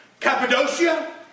Cappadocia